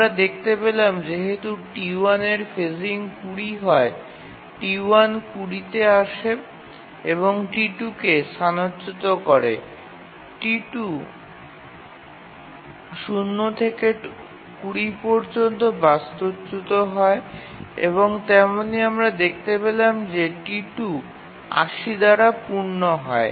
আমরা দেখতে পেলাম যেহেতু T1 এর ফেজিং ২০ হয় T1 ২০ তে আসে এবং T2 কে স্থানচ্যুত করে T2 0 থেকে ২০ পর্যন্ত বাস্তুচ্যুত হয় এবং তেমনি আমরা দেখতে পেলাম যে T2 ৮০ দ্বারা পূর্ণ হয়